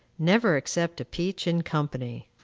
never accept a peach in company.